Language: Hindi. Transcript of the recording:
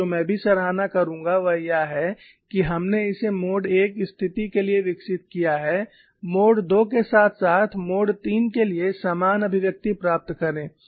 और जो मैं भी सराहना करूंगा वह यह है कि हमने इसे मोड I स्थिति के लिए विकसित किया है मोड II के साथ साथ मोड III के लिए समान अभिव्यक्ति प्राप्त करें